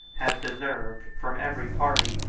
has deserved, from every party,